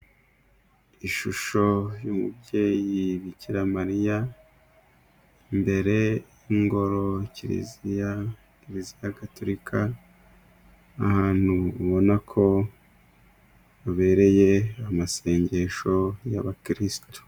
Ishusho y'Umubyeyi Bikiramariya，imbere y'ingoro kiriziya，kiriziya gatorika， ahantu ubona ko habereye，amasengesho y’abakirisitu.